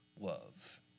love